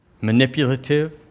Manipulative